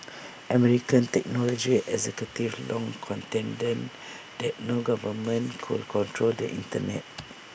American technology executives long contended that no government could control the Internet